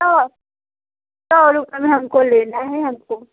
सौ सौ रुपये में हमको लेना है हमको